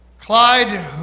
Clyde